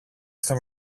στο